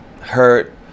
hurt